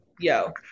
yo